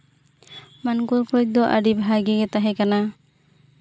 ᱢᱟᱱᱠᱚᱨ college ᱫᱚ ᱟᱹᱰᱤ ᱵᱷᱟᱜᱮ ᱜᱮ ᱛᱟᱦᱮᱸ ᱠᱟᱱᱟ